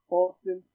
Austin